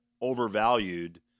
overvalued